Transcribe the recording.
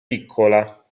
piccola